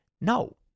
no